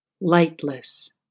lightless